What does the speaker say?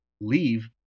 leave